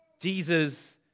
Jesus